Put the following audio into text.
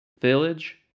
village